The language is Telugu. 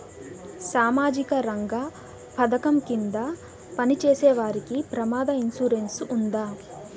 సామాజిక రంగ పథకం కింద పని చేసేవారికి ప్రమాద ఇన్సూరెన్సు ఉందా?